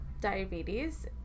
diabetes